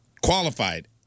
qualified